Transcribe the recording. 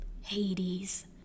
Hades